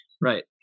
Right